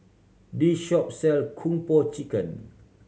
this shop sell Kung Po Chicken